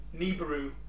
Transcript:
Nibiru